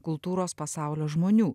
kultūros pasaulio žmonių